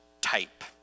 type